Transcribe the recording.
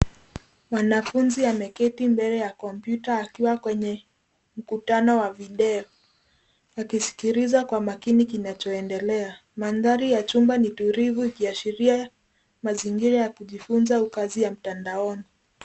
Mwanafunzi ameketi mbele ya kompyuta akiwa kwenye mkutano wa video akisikiliza kwa makini kinacho endelea. Mandhari ya chumba ni utulivu ikiashiria mazingira ya kujifunza au kazi ya mtandaoni.